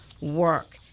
work